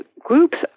groups